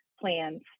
plans